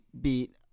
beat